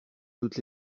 tous